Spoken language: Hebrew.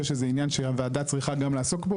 שזה עניין שהוועדה צריכה גם לעסוק בו,